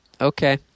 Okay